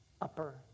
upper